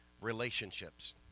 relationships